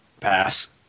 Pass